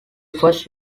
first